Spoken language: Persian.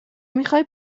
میخوای